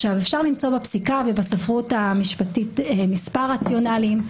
אפשר למצוא בפסיקה ובספרות המשפטית מספר רציונלים.